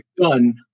done